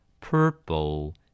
Purple